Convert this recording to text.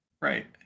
Right